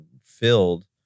filled